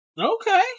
Okay